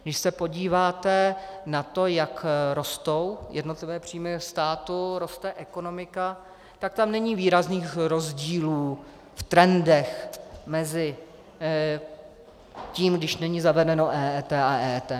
Když se podíváte na to, jak rostou jednotlivé příjmy státu, roste ekonomika, tak tam není výrazných rozdílů v trendech mezi tím, když není zavedeno EET, a EET.